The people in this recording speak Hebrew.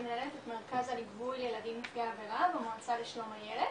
אני מנהלת את מרכז הליווי לילדים נפגעי עבירה במועצה לשלום הילד,